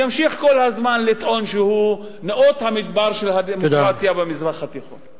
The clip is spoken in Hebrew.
ימשיך כל הזמן לטעון שהוא נאות המדבר של הדמוקרטיה במזרח התיכון.